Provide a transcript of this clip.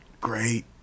great